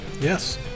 Yes